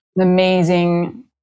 amazing